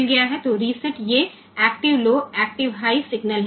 तो रीसेट ये active low active high signal हैं